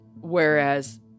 Whereas